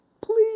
please